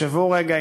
תחשבו רגע,